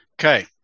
Okay